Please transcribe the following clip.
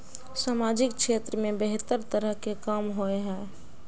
सामाजिक क्षेत्र में बेहतर तरह के काम होय है?